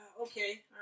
okay